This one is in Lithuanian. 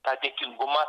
tą dėkingumą